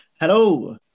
Hello